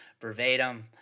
verbatim